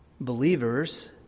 believers